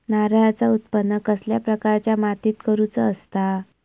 नारळाचा उत्त्पन कसल्या प्रकारच्या मातीत करूचा असता?